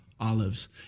olives